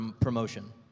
promotion